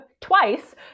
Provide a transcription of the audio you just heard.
twice